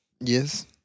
Yes